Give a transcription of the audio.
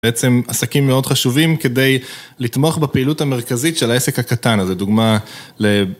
בעצם עסקים מאוד חשובים כדי לתמוך בפעילות המרכזית של העסק הקטן, אז זו דוגמה ל...